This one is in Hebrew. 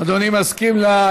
אדוני מסכים?